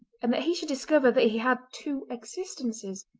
and that he should discover that he had two existences.